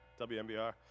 WMBR